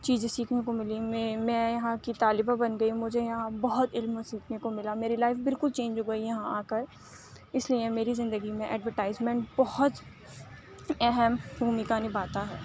چیزیں سیکھنے کو ملیں میں میں یہاں کی طالبہ بن گئی مجھے یہاں بہت علم سیکھنے کو ملا میری لائف بالکل چینج ہو گئی یہاں آ کر اِس لیے میری زندگی میں ایڈورٹائزمنٹ بہت اہم بُھومکا نبھاتا ہے